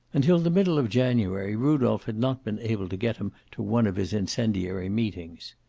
until the middle of january rudolph had not been able to get him to one of his incendiary meetings.